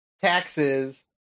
taxes